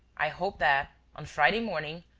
i hope that, on friday morning,